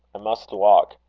i must walk.